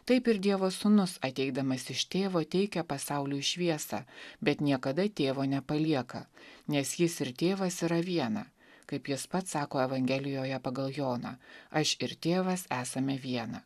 taip ir dievo sūnus ateidamas iš tėvo teikia pasauliui šviesą bet niekada tėvo nepalieka nes jis ir tėvas yra viena kaip jis pats sako evangelijoje pagal joną aš ir tėvas esame viena